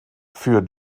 für